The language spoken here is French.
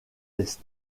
est